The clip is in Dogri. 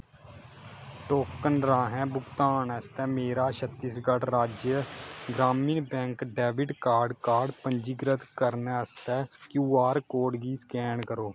टोकन राहें भुगतान आस्तै मेरा छत्तीसगढ़ राज्य ग्रामीण बैंक डैबिट कार्ड कार्ड पंजीकृत करने आस्तै क्यू आर कोड गी स्कैन करो